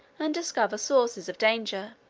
and discover sources of danger.